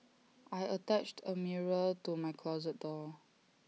I attached A mirror to my closet door